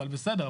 אבל בסדר,